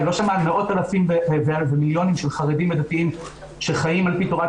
היא לא שמעה על מאות אלפים ומיליונים של חרדים ודתיים שחיים על פי תורת